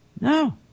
No